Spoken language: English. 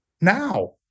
now